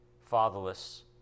fatherless